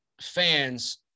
fans